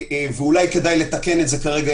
ואולי כדאי לתקן את זה כרגע,